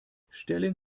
stellen